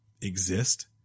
exist